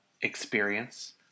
experience